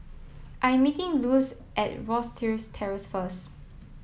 I'm meeting Luz at Terrace first